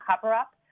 cover-up